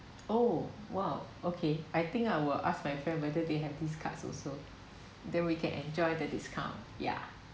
oh !wow! okay I think I will ask my friend whether they have these cards also then we can enjoy the discount ya